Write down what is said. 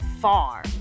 far